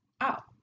out